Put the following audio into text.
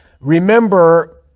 Remember